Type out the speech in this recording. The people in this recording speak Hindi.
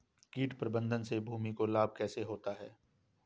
कीट प्रबंधन से भूमि को लाभ कैसे होता है?